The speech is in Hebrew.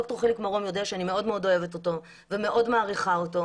ד"ר חיליק מרום יודע שאני מאוד מאוד אוהבת אותו ומאוד מעריכה אותו,